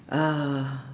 uh